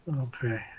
Okay